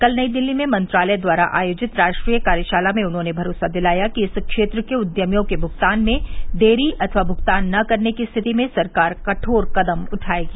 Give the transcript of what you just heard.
कल नई दिल्ली में मंत्रालय द्वारा आयोजित राष्ट्रीय कार्यशाला में उन्होंने भरोसा दिलाया कि इस क्षेत्र के उद्यमियों के भुगतान में देरी अथवा भुगतान न करने की स्थिति में सरकार कठोर कदम उठायेगी